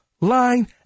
line